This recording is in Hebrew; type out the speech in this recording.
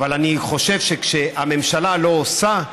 אבל אני חושב שכשהממשלה לא עושה,